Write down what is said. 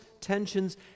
tensions